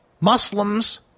Muslims